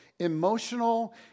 emotional